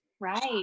right